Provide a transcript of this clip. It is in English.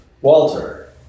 Walter